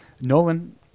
Nolan